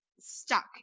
stuck